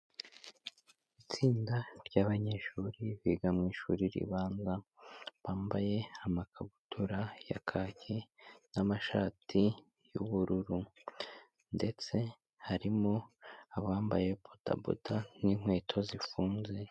Itsinda ry'abanyeshuri biga mu ishuri ribanza bambaye amakabutura ya kaki n'amashati y'ubururu ndetse harimo abambaye bodaboda n'inkweto zifunze.